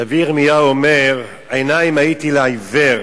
הנביא ירמיהו אומר: עיניים הייתי לעיוור